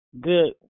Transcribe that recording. good